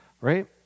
right